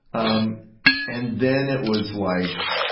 um and then it was like,